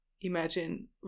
imagine